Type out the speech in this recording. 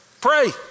pray